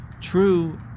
true